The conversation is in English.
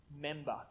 member